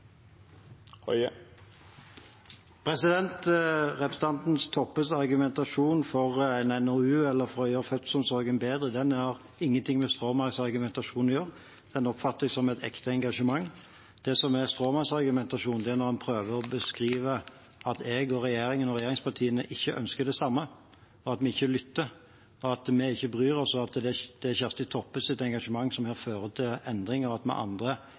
dag. Representanten Toppes argumentasjon for en NOU eller for å gjøre fødselsomsorgen bedre har ingenting med stråmannsargumentasjon å gjøre. Det oppfatter jeg som et ekte engasjement. Det som er stråmannsargumentasjonen, er når en prøver å beskrive at jeg og regjeringen og regjeringspartiene ikke ønsker det samme, at vi ikke lytter, at vi ikke bryr oss, og at det er Kjersti Toppes engasjement som her fører til endringer, og at vi andre ikke får dette med oss. Det er stråmannsargumentasjon. Men at representantens forslag og engasjement